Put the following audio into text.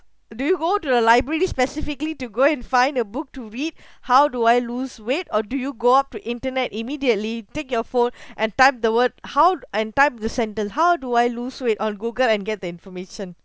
do you go to the library specifically to go and find a book to read how do I lose weight or do you go up to internet immediately take your phone and type the word how and type the sentence how do I lose weight on google and get the information